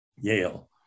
Yale